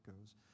goes